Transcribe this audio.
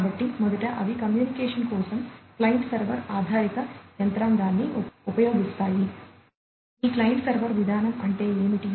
కాబట్టి మొదట అవి కమ్యూనికేషన్ కోసం క్లయింట్ సర్వర్ ఆధారిత యంత్రాంగాన్ని ఉపయోగిస్తాయి ఈ క్లయింట్ సర్వర్ విధానం అంటే ఏమిటి